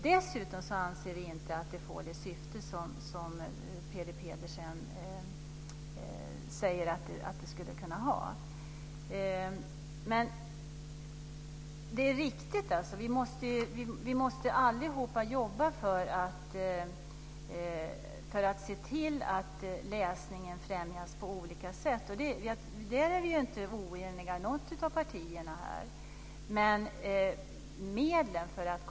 Dessutom anser vi inte att det får det syfte som Peter Pedersen säger att det skulle kunna ha. Vi måste allihop jobba för att se till att läsningen främjas på olika sätt - det är riktigt. Där är inte något av partierna här oenigt med oss andra.